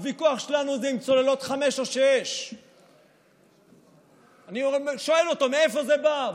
הוויכוח שלנו הוא על צוללות 5 או 6. אני שואל אותו: מאיפה זה בא?